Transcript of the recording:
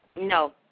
No